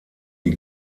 die